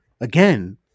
again